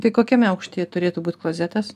tai kokiame aukštyje turėtų būti klozetas